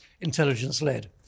intelligence-led